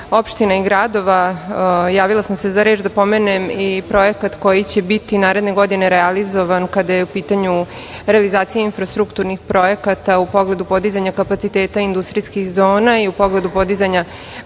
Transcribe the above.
opština i gradova, javila sam se za reč da pomenem i projekat koji će biti naredne godine realizovan kada je u pitanju realizacija infrastrukturnih projekata u pogledu podizanja kapaciteta industrijskih zona i u pogledu podizanja